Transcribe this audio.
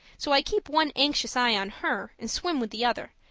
so i keep one anxious eye on her and swim with the other,